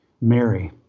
mary